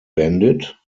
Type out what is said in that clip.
bendit